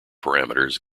parameters